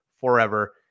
forever